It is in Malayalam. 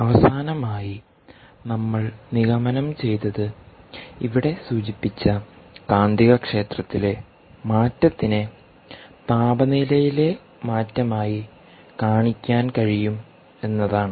അവസാനമായി നമ്മൾ നിഗമനം ചെയ്തത് ഇവിടെ സൂചിപ്പിച്ച കാന്തികക്ഷേത്രത്തിലെ മാറ്റത്തിനെ താപനിലയിലെ മാറ്റമായി കാണിക്കാൻ കഴിയും എന്നതാണ്